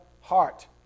heart